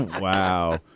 Wow